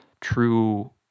true